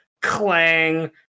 clang